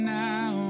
now